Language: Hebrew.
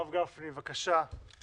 הרב גפני, בבקשה,